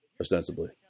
Ostensibly